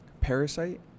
Parasite